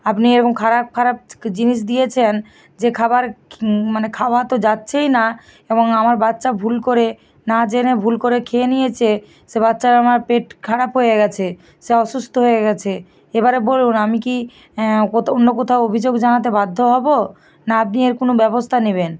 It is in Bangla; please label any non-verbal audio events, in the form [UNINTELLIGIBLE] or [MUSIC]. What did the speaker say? আপনি এরকম খারাপ খারাপ জিনিস দিয়েছেন যে খাবার মানে খাওয়া তো যাচ্ছেই না এবং আমার বাচ্চা ভুল করে না জেনে ভুল করে খেয়ে নিয়েছে সে বাচ্চার আমার পেট খারাপ হয়ে গিয়েছে সে অসুস্থ হয়ে গিয়েছে এবারে বলুন আমি কি [UNINTELLIGIBLE] অন্য কোথাও অভিযোগ জানাতে বাধ্য হব না আপনি এর কোনো ব্যবস্থা নেবেন